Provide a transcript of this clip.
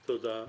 אוקיי, תודה.